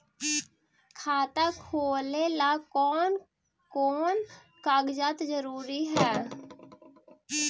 खाता खोलें ला कोन कोन कागजात जरूरी है?